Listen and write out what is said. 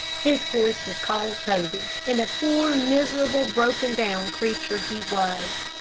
his horse was called toby, and a poor, miserable, broken-down creature he was.